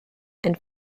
and